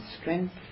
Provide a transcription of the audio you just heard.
strength